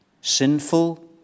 sinful